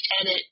edit